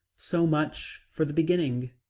so much for the beginning.